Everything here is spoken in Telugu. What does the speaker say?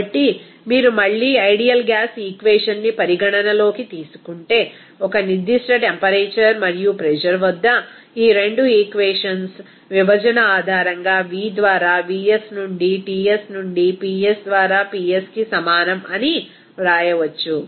కాబట్టి మీరు మళ్లీ ఐడియల్ గ్యాస్ ఈక్వేషన్ ని పరిగణనలోకి తీసుకుంటే ఒక నిర్దిష్ట టెంపరేచర్ మరియు ప్రెజర్ వద్ద ఈ 2 ఈక్వేషన్స్ విభజన ఆధారంగా V ద్వారా vs నుండి Ts నుండి Ps ద్వారా Psకి సమానం అని వ్రాయవచ్చు